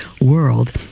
world